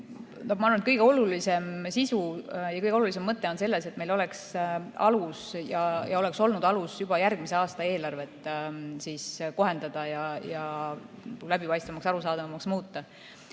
eelnõu kõige olulisem sisu ja kõige olulisem mõte on selles, et meil oleks alus ja oleks olnud alus juba järgmise aasta eelarvet kohendada ning läbipaistvamaks ja arusaadavamaks muuta.